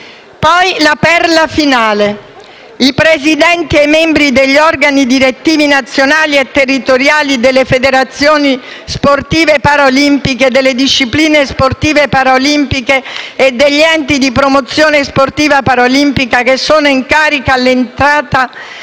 alla perla finale: i presidenti e i membri degli organi direttivi nazionali e territoriali delle federazioni sportive paralimpiche, delle discipline sportive paralimpiche e degli enti di promozione sportiva paralimpica, che all'entrata